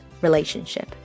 relationship